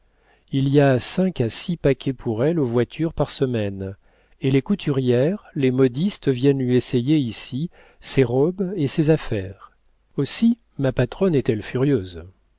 il y a cinq ou six paquets pour elle aux voitures par semaine et les couturières les modistes viennent lui essayer ici ses robes et ses affaires aussi ma patronne est-elle furieuse